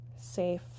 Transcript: safe